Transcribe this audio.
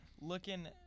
looking –